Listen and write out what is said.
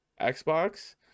xbox